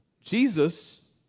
Jesus